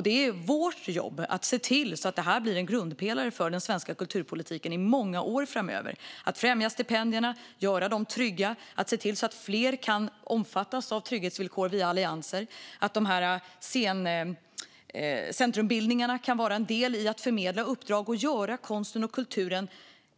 Det är vårt jobb att se till att det blir en grundpelare för den svenska kulturpolitiken under många år framöver att främja stipendierna och göra dem trygga, att se till att fler kan omfattas av trygghetsvillkor via allianser och att centrumbildningarna kan vara en del i att förmedla uppdrag och göra konsten och kulturen